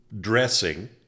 dressing